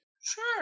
Sure